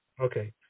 Okay